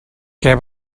què